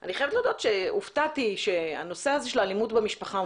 אני חייבת להודות שהופתעתי שהנושא הזה של האלימות במשפחה הוא